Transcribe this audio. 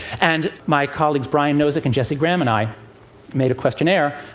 and my colleagues brian nosek and jesse graham and i made a questionnaire,